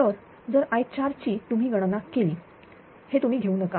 तर जर i4 ची तुम्ही गणना केली हे तुम्ही घेऊ नका